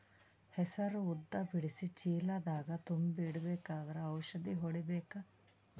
ಹೆಸರು ಉದ್ದ ಬಿಡಿಸಿ ಚೀಲ ದಾಗ್ ತುಂಬಿ ಇಡ್ಬೇಕಾದ್ರ ಔಷದ ಹೊಡಿಬೇಕ?